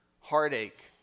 heartache